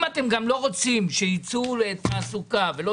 אם אתם גם לא רוצים שיצאו לתעסוקה ולא